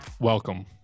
welcome